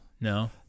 no